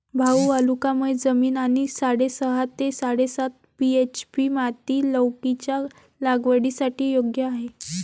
भाऊ वालुकामय जमीन आणि साडेसहा ते साडेसात पी.एच.ची माती लौकीच्या लागवडीसाठी योग्य आहे